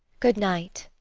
good-night.